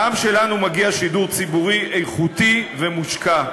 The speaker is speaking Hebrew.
לעם שלנו מגיע שידור ציבורי איכותי ומושקע.